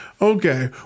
Okay